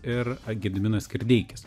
ir gediminas kirdeikis